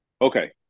Okay